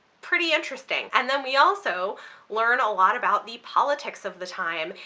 pretty interesting. and then we also learn a lot about the politics of the time,